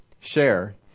Share